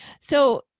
So-